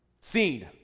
Scene